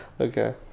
Okay